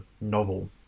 novel